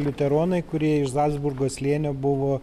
liuteronai kurie iš zalcburgo slėnio buvo